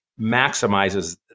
maximizes